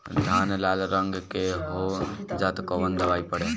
धान लाल रंग के हो जाता कवन दवाई पढ़े?